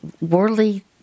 worldly